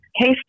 case